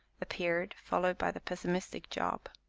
appeared, followed by the pessimistic job.